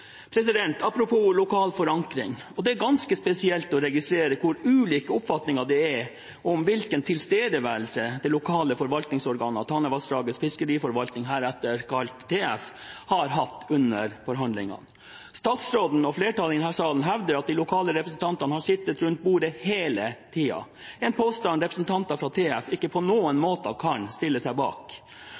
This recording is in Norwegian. lokal forankring: Det er ganske spesielt å registrere hvor ulike oppfatninger det er om hvilken tilstedeværelse det lokale forvaltningsorganet, Tanavassdragets fiskeforvaltning, heretter kalt TF, har hatt under forhandlingene. Statsråden og flertallet i denne salen hevder at de lokale representantene har sittet rundt bordet hele tiden, en påstand representanter fra TF ikke på noen måte kan stille seg bak.